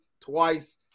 twice